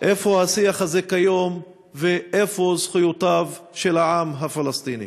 איפה השיח הזה כיום ואיפה זכויותיו של העם הפלסטיני.